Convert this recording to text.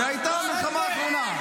והייתה המלחמה האחרונה.